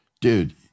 dude